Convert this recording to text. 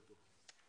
אתו.